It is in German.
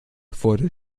wurde